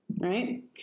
right